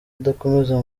udakomeza